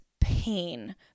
pain